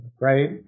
right